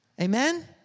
Amen